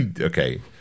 okay